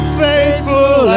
faithful